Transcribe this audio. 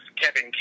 kevin